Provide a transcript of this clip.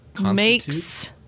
makes